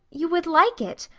you would like it?